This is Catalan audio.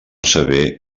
saber